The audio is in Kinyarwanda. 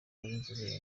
b’inzobere